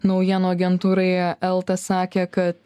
naujienų agentūrai elta sakė kad